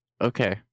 Okay